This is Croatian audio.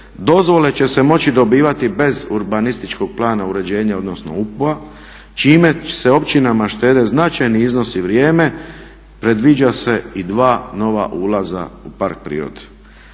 Dozvole će se moći dobivati bez urbanističkog plana uređenja odnosno UP-a čime se općinama štede značajni iznosi i vrijeme, predviđa se i dva nova ulaza u park prirode.